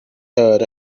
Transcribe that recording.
herd